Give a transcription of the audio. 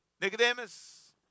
Nicodemus